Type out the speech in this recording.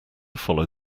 follow